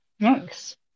Thanks